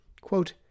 Quote